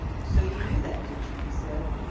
so you knew that, did you? he said.